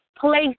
Place